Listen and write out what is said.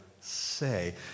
say